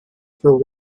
for